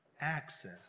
access